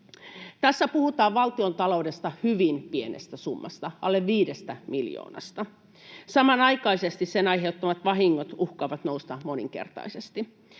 Tässä puhutaan valtiontaloudessa hyvin pienestä summasta, alle viidestä miljoonasta. Samanaikaisesti sen aiheuttamat vahingot uhkaavat nousta moninkertaisesti.